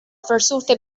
versuchte